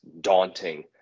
daunting